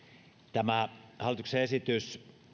tämä hallituksen esitys